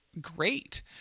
great